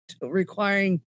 requiring